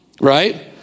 Right